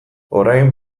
orain